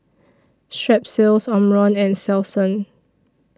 Strepsils Omron and Selsun